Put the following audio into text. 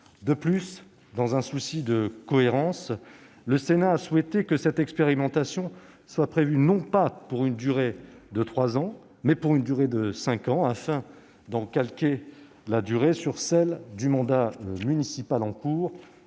De plus, dans un souci de cohérence, le Sénat a souhaité que cette expérimentation soit prévue non pas pour une durée de trois ans, mais pour une durée de cinq ans, afin d'en calquer la durée sur celle du mandat municipal en cours